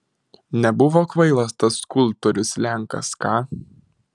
nebuvo kvailas tas skulptorius lenkas ką